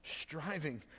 striving